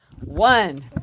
one